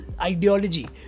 ideology